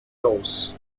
toes